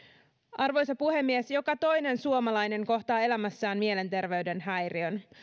arvoisa puhemies joka toinen suomalainen kohtaa elämässään mielenterveyden häiriön